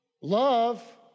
Love